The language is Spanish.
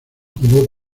jugó